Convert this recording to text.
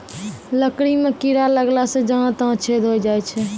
लकड़ी म कीड़ा लगला सें जहां तहां छेद होय जाय छै